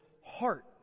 heart